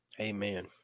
Amen